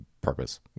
purpose